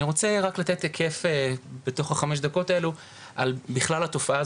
אני רוצה רק לתת היקף על כלל התופעה,